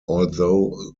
although